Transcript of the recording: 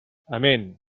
amén